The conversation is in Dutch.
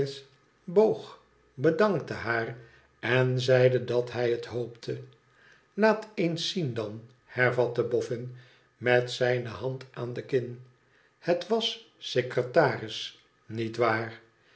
boog bedankte haar en zeide dat hij het hoopte laat eens zien dan hervatte boffin met zijne hand aan de kin het was secretaris niet waar